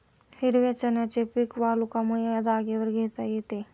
हिरव्या चण्याचे पीक वालुकामय जागेवर घेता येते